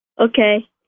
Okay